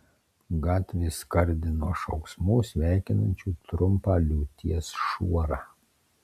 gatvė skardi nuo šauksmų sveikinančių trumpą liūties šuorą